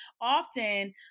often